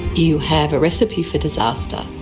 you have a recipe for disaster.